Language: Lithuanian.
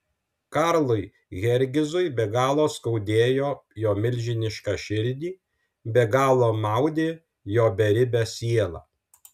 karlui fergizui be galo skaudėjo jo milžinišką širdį be galo maudė jo beribę sielą